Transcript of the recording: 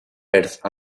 perth